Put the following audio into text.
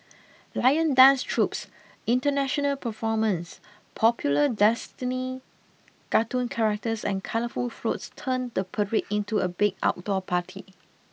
lion dance troupes international performers popular destiny cartoon characters and colourful floats turn the parade into a big outdoor party